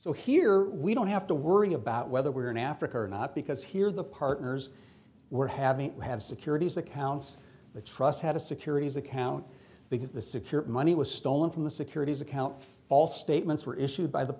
so here we don't have to worry about whether we're in africa or not because here the partners we're having we have securities accounts the trust had a securities account because the secure money was stolen from the securities account all statements were issued by the